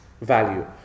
value